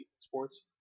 sports